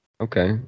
Okay